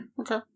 Okay